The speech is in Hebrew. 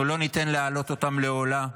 אנחנו לא ניתן להעלות אותם לעולה.